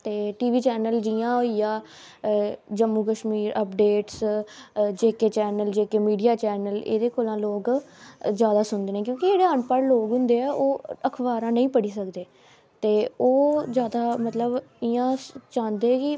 ते T V channel जि'यां होइया Jammu Kashmir updates J K channel J K media channel एहदे कोला लोग जादा सुनदे न क्योंकि जेह्डे़ अनपढ़ लोग होंदे ऐ ओह् अखबारां नेईं पढ़ी सकदे ते ओह् जादा मतलब इ'यां चाहंदे कि